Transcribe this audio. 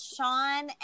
Sean